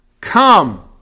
come